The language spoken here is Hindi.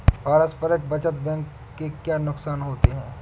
पारस्परिक बचत बैंक के क्या नुकसान होते हैं?